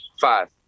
Five